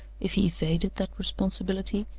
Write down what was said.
if he evaded that responsibility,